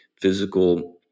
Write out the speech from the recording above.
physical